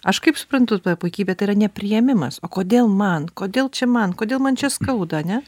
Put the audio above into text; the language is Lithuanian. aš kaip suprantu tą puikybę tai yra nepriėmimas o kodėl man kodėl čia man kodėl man čia skauda ane